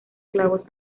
clavos